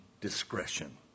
discretion